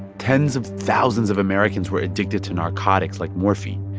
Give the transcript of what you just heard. tens of thousands of americans were addicted to narcotics like morphine.